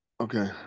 Okay